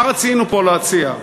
מה רצינו פה להציע?